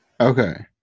Okay